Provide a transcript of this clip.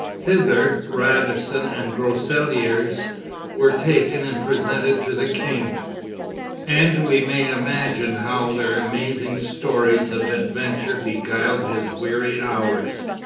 thither radisson and groseilliers were taken and presented to the king and we may imagine how their amazing stories of adventure beguiled his weary hours.